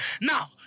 Now